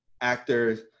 actors